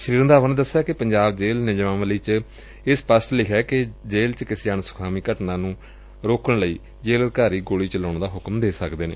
ਸ੍ਰੀ ਰੰਧਾਵਾ ਨੇ ਦਸਿਆ ਕਿ ਪੰਜਾਬ ਜੇਲ਼ ਨਿਯਮਾਵਾਲੀ ਵਿਚ ਇਹ ਸਪਸ਼ਟ ਲਿਖਿਐ ਕਿ ਜੇਲ੍ ਚ ਕਿਸੇ ਅਣਸੁਖਾਵੀ ਘਟਨਾ ਨੂੰ ਰੋਕਣ ਲਈ ਜੇਲ੍ ਅਧਿਕਾਰੀ ਗੋਲੀ ਚਲਾਉਣ ਦਾ ਹੁਕਮ ਦੇ ਸਕਦੇ ਨੇ